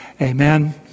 Amen